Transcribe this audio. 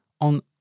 on